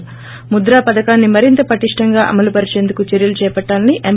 ి ప్ర ముద్ర పధకాన్ని మరింత పటిష్లంగా అమలు పరిచేందుకు చర్చలు చేపట్టాలని ఎం